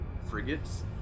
frigates